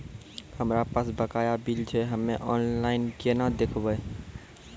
हमरा पास बकाया बिल छै हम्मे ऑनलाइन केना देखबै?